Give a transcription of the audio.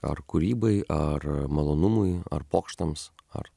ar kūrybai ar malonumui ar pokštams ar